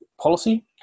policy